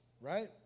right